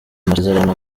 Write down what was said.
masezerano